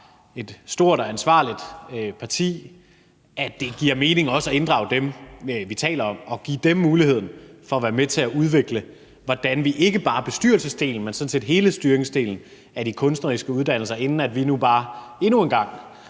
et stort og ansvarligt parti, så ikke, at det giver mening også at inddrage dem, vi taler om, og give dem muligheden for at være med til at udvikle, hvordan ikke bare bestyrelsesdelen, men sådan set hele styringsdelen af de kunstneriske uddannelser skal være, inden vi nu bare endnu en gang